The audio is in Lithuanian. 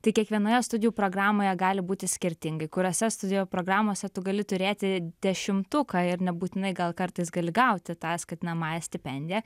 tai kiekvienoje studijų programoje gali būti skirtingai kuriose studijų programose tu gali turėti dešimtuką ir nebūtinai gal kartais gali gauti tą skatinamąją stipendiją